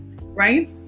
right